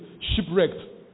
shipwrecked